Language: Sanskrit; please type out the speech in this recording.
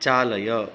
चालय